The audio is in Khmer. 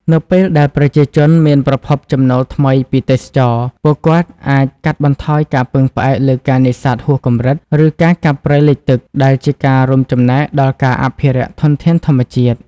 នៅពេលដែលប្រជាជនមានប្រភពចំណូលថ្មីពីទេសចរណ៍ ពួកគាត់អាចកាត់បន្ថយការពឹងផ្អែកលើការនេសាទហួសកម្រិត ឬការកាប់ព្រៃលិចទឹក ដែលជាការរួមចំណែកដល់ការអភិរក្សធនធានធម្មជាតិ។